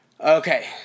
Okay